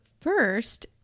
first